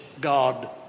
God